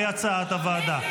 כהצעת הוועדה.